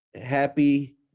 happy